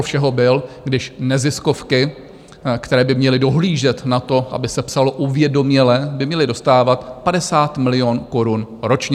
A vrchol všeho byl, když neziskovky, které by měly dohlížet na to, aby se psalo uvědoměle, by měly dostávat 50 milionů korun ročně.